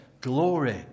glory